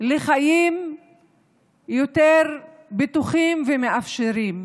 לחיים יותר בטוחים ומאפשרים.